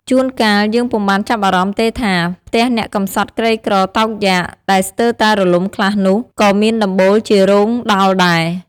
ជួន កាលយើងពុំបានចាប់អារម្មណ៍ទេថា ផ្ទះអ្នកកំសត់ក្រីក្រតោកយ៉ាក ដែលស្ទើរតែរលំខ្លះនោះ ក៏មានដំបូលជារោងដោលដែរ ។